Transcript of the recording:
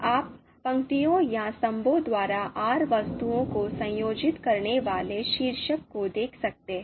आप पंक्तियों या स्तंभों द्वारा R वस्तुओं को संयोजित करने वाले शीर्षक को देख सकते हैं